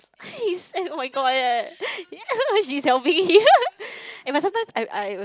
because he's eh oh-my-god eh yea she's helping him eh sometimes I I will